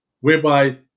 whereby